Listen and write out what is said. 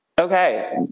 Okay